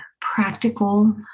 practical